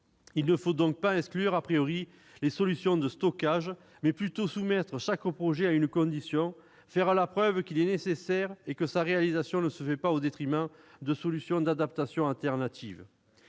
Il ne faut donc pas exclure les solutions de stockage, mais plutôt soumettre chaque projet à une condition : faire la preuve qu'il est nécessaire et que sa réalisation ne se fait pas au détriment de solutions d'adaptation alternatives.